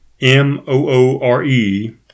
M-O-O-R-E